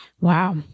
Wow